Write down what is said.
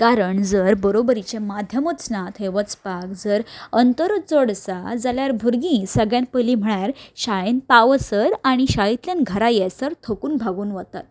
कारण जर बरोबरीचें माध्यमूच ना थंय वचपाक जर अंतरूच चड आसा जाल्यार भुरगीं सगल्यान पयलीं म्हळ्यार शाळेन पावसर आनी शाळेंतल्यान घरा येयसर थकून भागून वतात